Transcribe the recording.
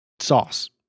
sauce